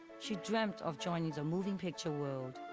she dreamt of joining the moving-picture world.